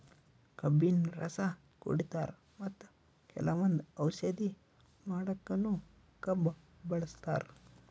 ಕಬ್ಬಿನ್ ರಸ ಕುಡಿತಾರ್ ಮತ್ತ್ ಕೆಲವಂದ್ ಔಷಧಿ ಮಾಡಕ್ಕನು ಕಬ್ಬ್ ಬಳಸ್ತಾರ್